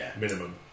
minimum